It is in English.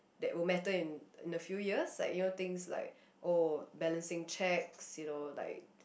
that will matter in in a few years like you know things like oh balancing cheques you know like